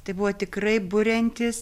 tai buvo tikrai buriantis